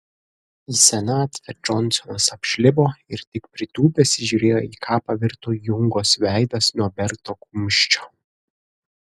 į senatvę džonsonas apžlibo ir tik pritūpęs įžiūrėjo į ką pavirto jungos veidas nuo berto kumščio